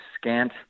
scant